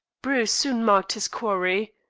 bruce soon marked his quarry.